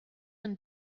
and